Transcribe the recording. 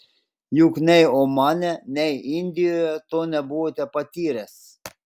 juk nei omane nei indijoje to nebuvote patyręs